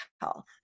health